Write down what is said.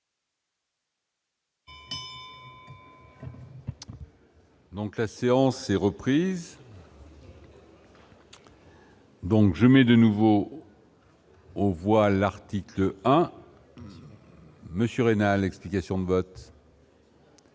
Donc, la séance s'est reprise. Donc je de nouveau. On voit l'article à Monsieur Reina l'explication de vote.